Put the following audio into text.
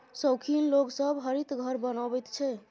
शौखीन लोग सब हरित घर बनबैत छै